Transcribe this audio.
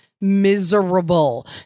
miserable